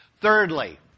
Thirdly